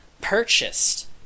purchased